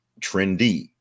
trendy